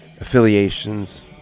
affiliations